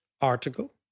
article